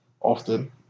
often